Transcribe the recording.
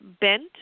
bent